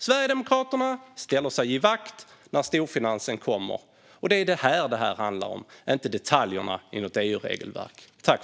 Sverigedemokraterna ställer sig i givakt när storfinansen kommer. Det är vad detta handlar om, inte detaljerna i ett EU-regelverk.